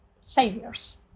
saviors